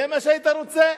זה מה שהיית רוצה?